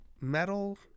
metal